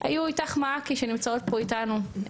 היו "איתך מעכי" שנמצאות פה איתנו,